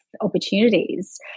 opportunities